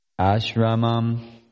Ashramam